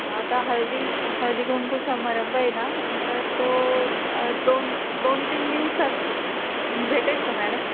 ह आता हळदी हळदीकुंकू समारंभ आहे ना नंतर तो दोन दोन तीन दिवसात भेटेल का मॅडम